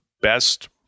best